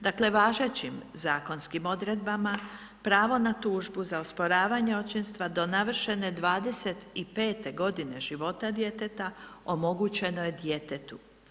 Dakle, važećim zakonskim odredbama pravo na tužbu za osporavanje očinstva do navršene 25 godine života djeteta omogućeno je djetetu.